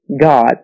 God